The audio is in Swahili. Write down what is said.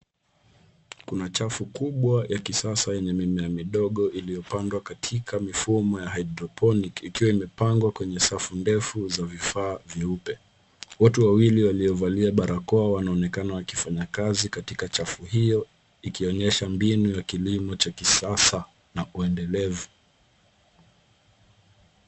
Kuna chafu kubwa ya kisasa yenye mimea midogo iliyopandwa katika mifumo ya haidroponiki ikiwa imepangwa kwenye safu ndefu za vifaa vyeupe. Watu wawili waliovalia barakoa wanaonekana wakifanya kazi katika chafu hiyo ikionyesha mbinu ya kilimo cha kisasa na uendelevu.